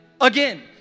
again